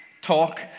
talk